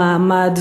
מעמד,